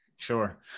Sure